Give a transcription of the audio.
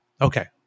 Okay